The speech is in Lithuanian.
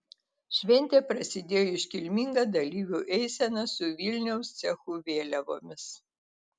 šventė prasidėjo iškilminga dalyvių eisena su vilniaus cechų vėliavomis